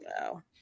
Wow